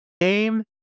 Name